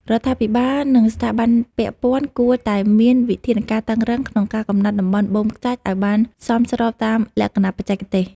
រដ្ឋាភិបាល និងស្ថាប័នពាក់ព័ន្ធគួរតែមានវិធានការតឹងរ៉ឹងក្នុងការកំណត់តំបន់បូមខ្សាច់ឱ្យបានសមស្របតាមលក្ខណៈបច្ចេកទេស។